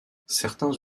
certains